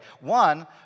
One